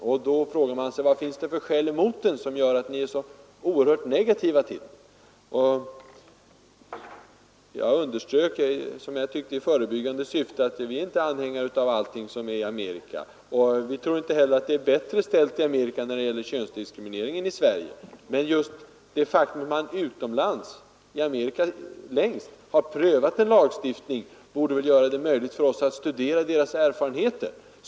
Och då frågar man sig vad det finns för skäl mot en lagstiftning, som gör att ni är så oerhört negativa till tanken på en sådan. Jag underströk — som jag tyckte i förebyggande syfte — att vi inte är anhängare av allt som kommer från Amerika. Och beträffande könsdiskrimineringen tror jag inte heller att det är bättre ställt i Amerika än här i Sverige. Men det faktum att man utomlands, t.ex. i Amerika, länge har prövat en sådan lagstiftning borde väl göra det möjligt för oss att studera amerikanernas erfarenheter.